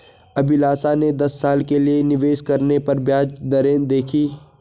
अभिलाषा ने दस साल के लिए निवेश करने पर ब्याज दरें देखी